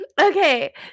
Okay